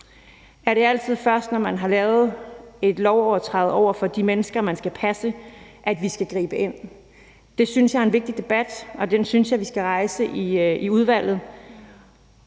Er det altid først, når man har lavet en lovovertrædelse over for de mennesker, man skal passe, at vi skal gribe ind? Det synes jeg er en vigtig debat, og den synes jeg vi skal rejse i udvalget.